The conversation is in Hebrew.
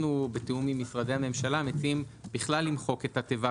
בתיאום עם משרדי הממשלה אנחנו מציעים בכלל למחוק את התיבה